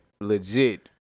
legit